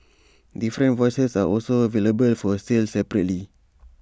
different voices are also available for sale separately